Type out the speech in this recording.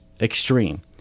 extreme